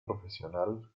profesional